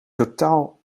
totaal